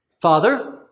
Father